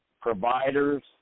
providers